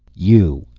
you!